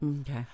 Okay